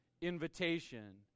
invitation